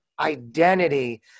identity